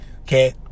okay